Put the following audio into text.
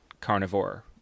carnivore